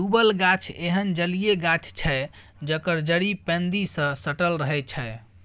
डुबल गाछ एहन जलीय गाछ छै जकर जड़ि पैंदी सँ सटल रहै छै